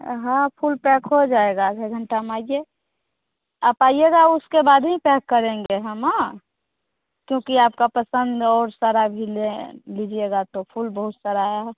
अ हाँ फूल पैक हो जाएगा आधा घंटा मे आइए आप आइएगा उसके बाद हीं तय करेंगे ठीक न क्योंकि आपका पसंद और सारा भी ले लीजिएगा तो फूल बहुत सारा है